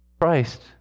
Christ